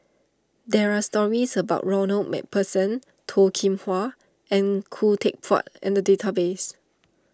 there are stories about Ronald MacPherson Toh Kim Hwa and Khoo Teck Puat in the database